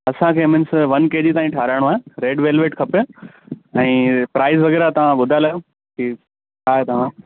असांखे means one K G ताईं ठहाराइणो आहे रेड वेल्वेट खपे ऐं प्राईस वगै़रह तव्हां ॿुधाए लाहियो की छा तव्हां